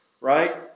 right